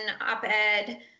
op-ed